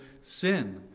sin